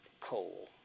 coal